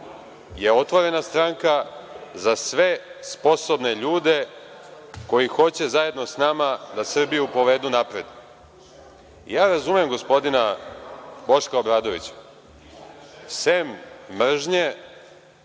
je otvorena stranka za sve sposobne ljude koji hoće zajedno s nama da Srbiju povedu napred. Ja razumem gospodina Boška Obradovića. Sem mržnje,